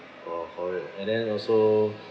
for for it and then also